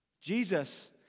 Jesus